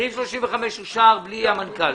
סעיף 35 אושר בלי המנכ"ל.